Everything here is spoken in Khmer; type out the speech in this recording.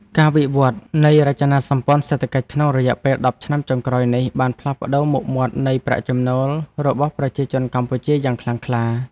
ការវិវត្តនៃរចនាសម្ព័ន្ធសេដ្ឋកិច្ចក្នុងរយៈពេលដប់ឆ្នាំចុងក្រោយនេះបានផ្លាស់ប្តូរមុខមាត់នៃប្រាក់ចំណូលរបស់ប្រជាជនកម្ពុជាយ៉ាងខ្លាំងក្លា។